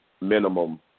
minimum